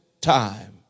time